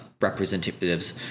representatives